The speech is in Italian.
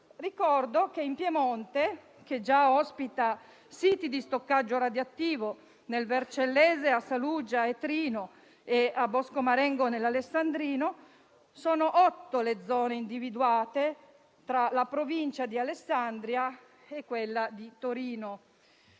Ricordo che in Piemonte (che già ospita siti di stoccaggio di materiale radioattivo, nel Vercellese, a Saluggia e Trino e a bosco Marengo nell'alessandrino) sono otto le zone, individuate tra la provincia di Alessandria e quella di Torino.